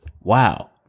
wow